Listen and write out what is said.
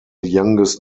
youngest